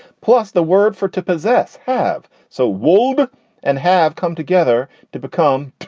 plus the word for to possess have so wolrd and have come together to become.